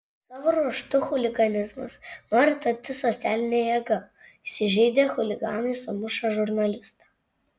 savo ruožtu chuliganizmas nori tapti socialine jėga įsižeidę chuliganai sumuša žurnalistą